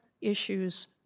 issues